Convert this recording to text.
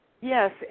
Yes